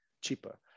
cheaper